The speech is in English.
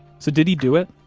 so did he do it?